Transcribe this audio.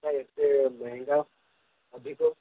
ଆଉ ଏତେ ମହେଙ୍ଗା ଅଧିକ